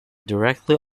directly